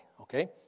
okay